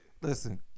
Listen